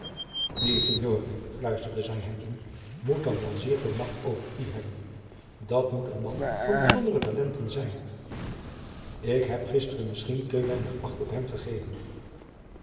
die signore fluisterde zij hem in moet dan wel zeer veel magt over u hebben dat moet een man van bijzondere talenten zijn ik heb gisteren misschien te weinig acht op hem gegeven